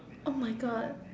oh my god